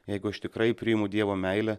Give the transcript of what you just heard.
jeigu aš tikrai priimu dievo meilę